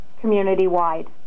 community-wide